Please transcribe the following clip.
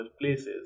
places